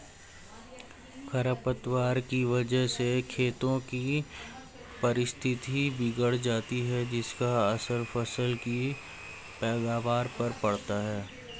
खरपतवार की वजह से खेतों की पारिस्थितिकी बिगड़ जाती है जिसका असर फसल की पैदावार पर पड़ता है